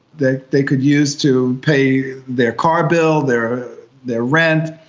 they they could use to pay their car bill, their their rent,